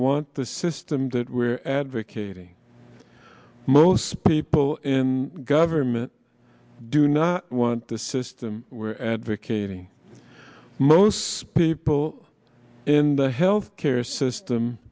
want the system that we're advocating most people in government do not want the system we're advocating most people in the health care system